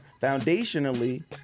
Foundationally